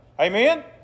Amen